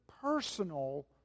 personal